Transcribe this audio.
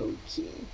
okay